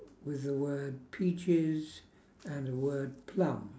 with the word peaches and the word plum